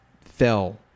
fell